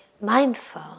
mindful